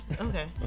okay